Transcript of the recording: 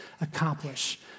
accomplish